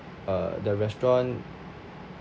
uh the restaurant